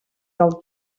del